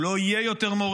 הוא לא יהיה יותר מורה,